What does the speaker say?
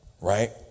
right